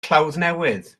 clawddnewydd